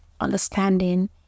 understanding